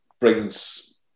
brings